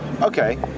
okay